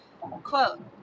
Quote